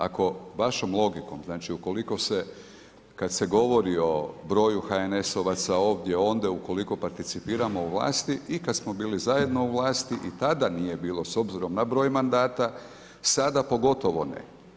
Ako vašom logikom, znači ukoliko se kad se govori o broju HNS-ovaca ovdje, ondje, ukoliko participiramo u vlasti i kad smo bili zajedno u vlasti i tada nije bilo, s obzirom na broj mandata, sada pogotovo ne.